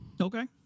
Okay